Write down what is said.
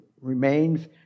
remains